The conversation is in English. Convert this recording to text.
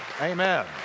Amen